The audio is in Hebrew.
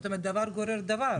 זאת אומרת, דבר גורר דבר.